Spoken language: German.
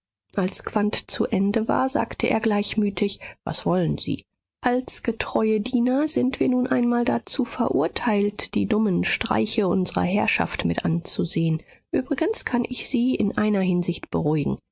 als quandt zu ende war sagte er gleichmütig was wollen sie als getreue diener sind wir nun einmal dazu verurteilt die dummen streiche unsrer herrschaft mitanzusehen übrigens kann ich sie in einer hinsicht beruhigen